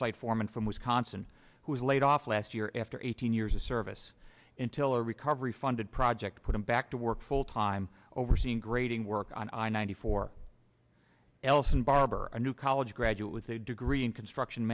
site foreman from wisconsin who was laid off last year after eighteen years of service in tiller recovery funded projects put him back to work full time overseeing grading work on i ninety four elson barber a new college graduate with a degree in construction